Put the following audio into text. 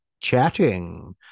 chatting